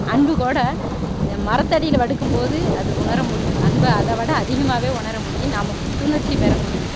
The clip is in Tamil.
அன்பு கூட மரத்தடியில் படுக்கும்போது அது உணரமுடியும் அன்பை அதை விட அதிகமாவே உணர முடியும் நாம் புத்துணர்ச்சி பெற முடியும்